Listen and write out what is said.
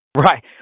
Right